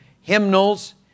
hymnals